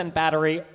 battery